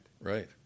Right